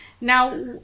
Now